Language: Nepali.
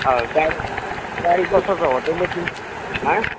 अँ गाडी गाडी कस्तो छ होटेलले दिन्छ हाँ